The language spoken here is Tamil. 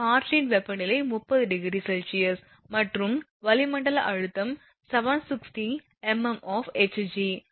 காற்றின் வெப்பநிலை 30 °C மற்றும் வளிமண்டல அழுத்தம் 760 mm of Hg ஒழுங்கற்ற காரணி 0